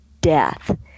death